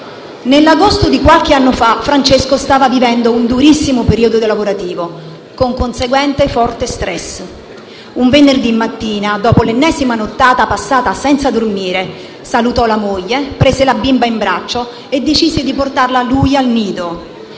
Nell'agosto di qualche anno fa, Francesco stava vivendo un durissimo periodo lavorativo con conseguente forte *stress*. Un venerdì mattina, dopo l'ennesima nottata passata senza dormire, salutò la moglie, prese la bimba in braccio e decise di portarla lui al nido.